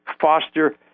foster